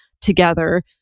together